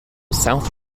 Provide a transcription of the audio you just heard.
south